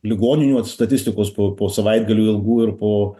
ligoninių statistikos po po savaitgalių ilgų ir po